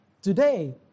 Today